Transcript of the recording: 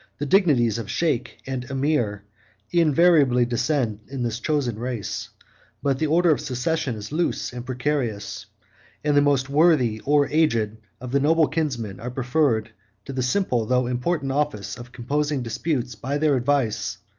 the dignities of sheick and emir invariably descend in this chosen race but the order of succession is loose and precarious and the most worthy or aged of the noble kinsmen are preferred to the simple, though important, office of composing disputes by their advice,